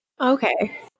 Okay